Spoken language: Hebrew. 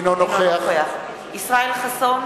אינו נוכח ישראל חסון,